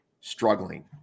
struggling